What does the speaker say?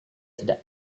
tidak